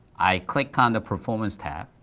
i click on the performance tab,